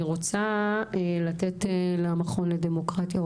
אני רוצה לתת למכון לדמוקרטיה.